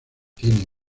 tiene